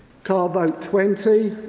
card vote twenty,